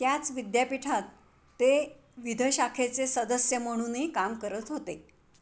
त्याच विद्यापीठात ते विधशाखेचे सदस्य म्हणूनही काम करत होते